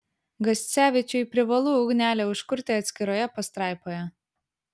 gascevičiui privalu ugnelę užkurti atskiroje pastraipoje